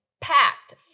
packed